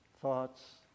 thoughts